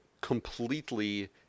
completely